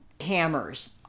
hammers